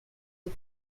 des